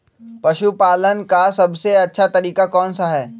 पशु पालन का सबसे अच्छा तरीका कौन सा हैँ?